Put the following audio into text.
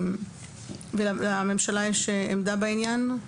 לממשלה יש עמדה בעניין.